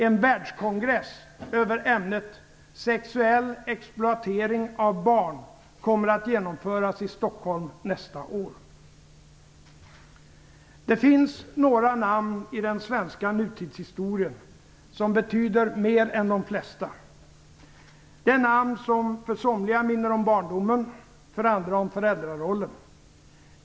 En världskongress över ämnet sexuell exploatering av barn kommer att genomföras i Stockholm nästa år. Det finns några namn i den svenska nutidshistorien som betyder mer än de flesta andra. Det är namn som för somliga minner om barndomen, för andra om föräldrarollen.